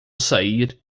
sair